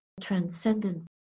transcendent